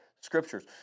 Scriptures